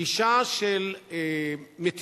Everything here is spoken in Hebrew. גישה של מתינות,